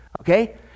okay